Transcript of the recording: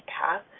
path